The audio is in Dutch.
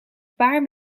paar